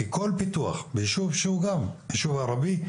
כי כל פיתוח ביישוב שהוא גם יישוב ערבי,